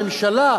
הממשלה,